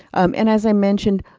and as i mentioned,